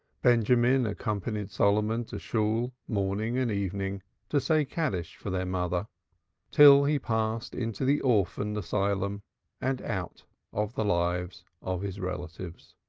benjamin accompanied solomon to shool morning and evening to say kaddish for their mother till he passed into the orphan asylum and out of the lives of his relatives.